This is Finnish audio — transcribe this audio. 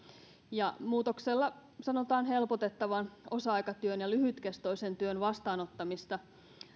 ja muutoksella sanotaan helpotettavan osa aikatyön ja lyhytkestoisen työn vastaanottamista